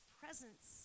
presence